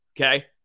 okay